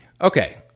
Okay